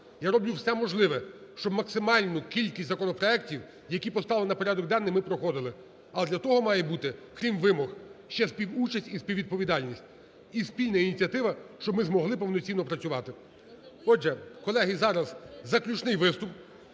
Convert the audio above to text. Я роблю все можливе, щоб максимальну кількість законопроектів, які поставили на порядом денний, ми проходили. Але для того має бути, крім вимог, ще співучасть, і співвідповідальність, і спільна ініціатива, щоб ми змогли повноцінно працювати. Отже, колеги, зараз заключний виступ.